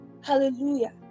Hallelujah